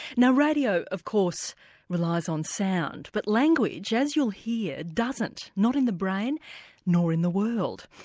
now radio of course relies on sound but language as you'll hear doesn't. not in the brain nor in the world.